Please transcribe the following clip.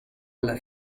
alla